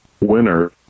winner